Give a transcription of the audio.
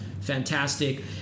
fantastic